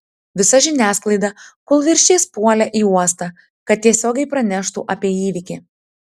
visa žiniasklaida kūlvirsčiais puolė į uostą kad tiesiogiai praneštų apie įvykį